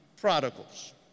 prodigals